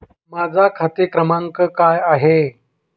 माझा खाते क्रमांक काय आहे?